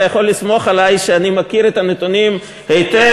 אתה יכול לסמוך עלי שאני מכיר את הנתונים היטב.